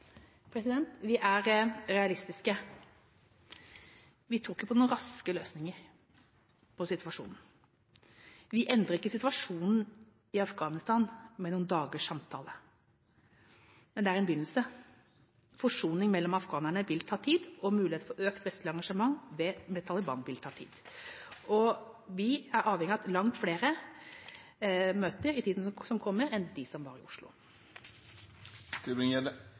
Vi er realistiske. Vi tror ikke på noen raske løsninger på situasjonen. Vi endrer ikke situasjonen i Afghanistan med noen dagers samtale, men det er en begynnelse. Forsoning mellom afghanerne vil ta tid, og mulighet for økt vestlig engasjement med Taliban vil ta tid. Vi er avhengig av at langt flere møter i tiden som kommer, enn de som var i